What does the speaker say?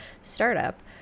startup